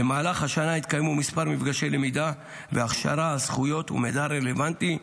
במהלך השנה התקיימו מספר מפגשי למידה והכשרה על זכויות ומידע רלוונטי,